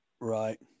Right